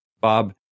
Bob